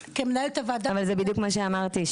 אבל זה בדיוק מה שאמרתי,